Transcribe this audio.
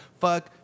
fuck